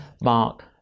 Mark